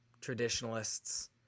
traditionalists